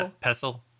Pestle